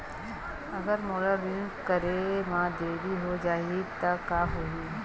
अगर मोला ऋण करे म देरी हो जाहि त का होही?